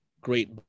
great